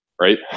right